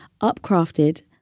upcrafted